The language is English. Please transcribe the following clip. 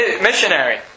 missionary